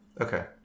Okay